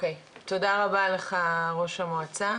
תודה רבה לך ראש המועצה.